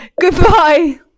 goodbye